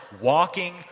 walking